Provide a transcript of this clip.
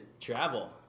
travel